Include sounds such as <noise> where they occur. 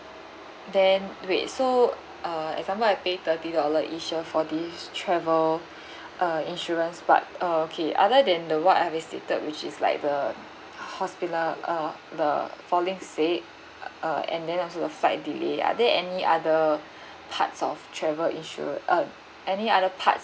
then wait so uh if I'm pay thirty dollar each year for this travel <breath> uh insurance part okay other than the what I visited which is like the hospinal uh the falling sick uh and then also the flight delay are there any other parts of travel insured uh any other parts